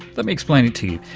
let me explain it to you.